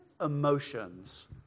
emotions